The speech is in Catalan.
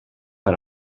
per